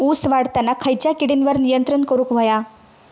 ऊस वाढताना खयच्या किडींवर नियंत्रण करुक व्हया?